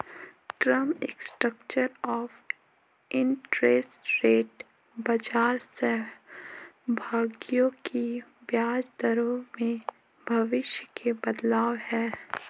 term structure of interest rate बाजार सहभागियों की ब्याज दरों में भविष्य के बदलाव है